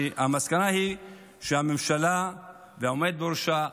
המסקנה היא שהממשלה והעומד בראשה,